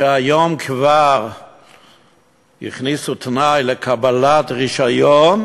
והיום כבר הכניסו בה תנאי לקבלת רישיון,